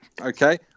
Okay